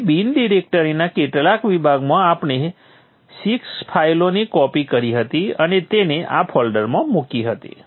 તેથી બિન ડિરેક્ટરીના છેલ્લા વિભાગમાં આપણે 6 ફાઇલોની કોપી કરી હતી અને તેને આ ફોલ્ડરમાં મૂકી હતી